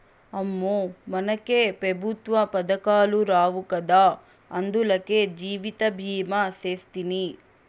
అమ్మో, మనకే పెఋత్వ పదకాలు రావు గదా, అందులకే జీవితభీమా సేస్తిని